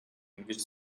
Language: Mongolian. ингэж